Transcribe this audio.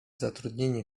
zatrudnieni